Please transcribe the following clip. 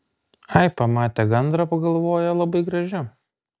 ai pamate gandrą pagalvoja labai graži